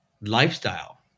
lifestyle